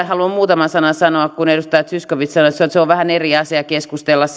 haluan muutaman sanan sanoa kun edustaja zyskowicz sanoi että se on vähän eri asia keskustella